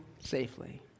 safely